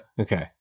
okay